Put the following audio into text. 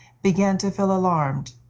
began to feel alarmed.